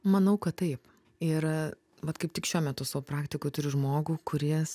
manau kad taip ir vat kaip tik šiuo metu savo praktikoj turiu žmogų kuris